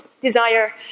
desire